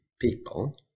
people